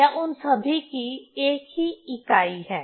यह उन सभी की एक ही इकाई है